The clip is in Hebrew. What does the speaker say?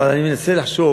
אבל, אני מנסה לחשוב